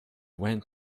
went